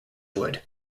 would